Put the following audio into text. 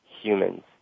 humans